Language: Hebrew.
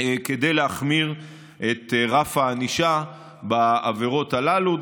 שיש להחמיר את רף הענישה בעבירות הללו.